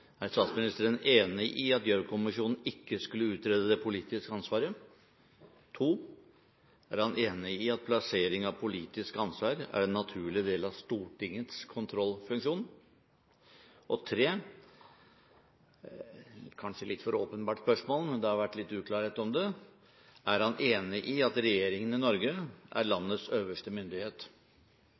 Er statsministeren enig i at Gjørv-kommisjonen ikke skulle utrede det politiske ansvaret? Er han enig i at plassering av politisk ansvar er en naturlig del av Stortingets kontrollfunksjon? Kanskje et litt for åpenbart spørsmål, men det har vært litt uklarhet om det: Er han enig i at regjeringen i Norge er landets øverste myndighet? Regjeringen er landets øverste myndighet,